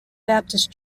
baptist